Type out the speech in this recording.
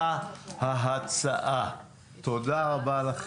תודה רבה.